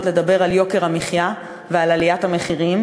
לדיבור על יוקר המחיה ועל עליית המחירים,